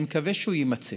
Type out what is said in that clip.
אני מקווה שהוא יימצא.